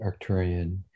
Arcturian